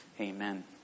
Amen